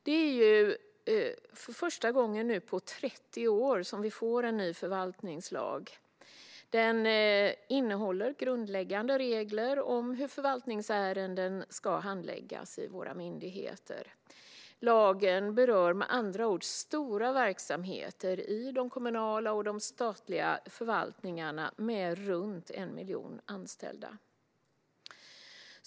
Det är nu för första gången på 30 år som vi får en ny förvaltningslag. Den innehåller grundläggande regler om hur förvaltningsärenden ska handläggas i våra myndigheter. Lagen berör med andra ord stora verksamheter i de kommunala och statliga förvaltningarna med runt 1 miljon anställda.